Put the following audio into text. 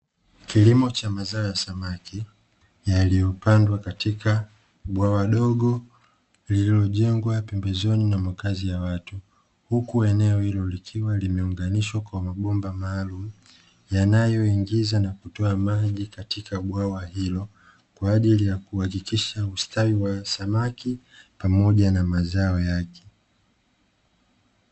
Kilimo cha mazao ya samaki yaliopandwa katika bwawa dogo lililojengwa pembezoni mwa makazi ya watu. Huku eneo hilo likiwa limeunganishwa kwa mabomba maalumu, yanayoingiza na kutoa maji katika bwawa hilo kwa ajili ya kuhakikisha ustawi wa samaki pamoja na mazao yake.